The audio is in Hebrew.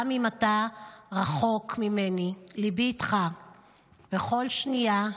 גם אם אתה רחוק ממני, ליבי איתך בכל שנייה.